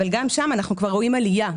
אבל גם שם אנחנו כבר רואים עלייה,